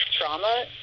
Trauma